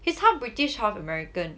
he's half british half american